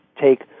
take